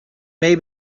may